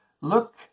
Look